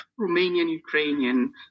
Romanian-Ukrainian